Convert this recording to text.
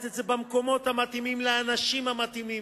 את זה במקומות המתאימים לאנשים המתאימים,